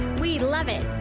we love it.